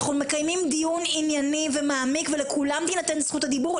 אנחנו מקיימים דיון ענייני ומעמיק ולכולם תינתן זכות הדיבור,